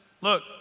Look